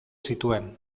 zituen